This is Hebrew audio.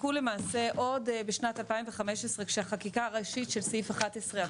שנחקקו למעשה עוד בשנת 2015 כשהחקיקה הראשית של סעיף 11 עברה.